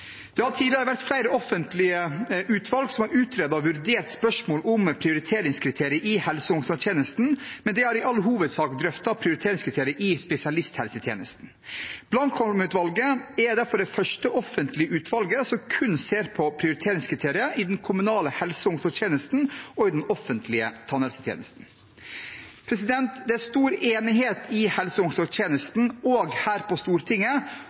som har utredet og vurdert spørsmål om prioriteringskriterier i helse- og omsorgstjenesten, men de har i all hovedsak drøftet prioriteringskriterier i spesialisthelsetjenesten. Blankholm-utvalget er derfor det første offentlige utvalget som kun ser på prioriteringskriterier i den kommunale helse- og omsorgstjenesten og i den offentlige tannhelsetjenesten. Det er stor enighet i helse- og omsorgstjenesten og her på Stortinget